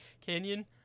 Canyon